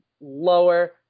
lower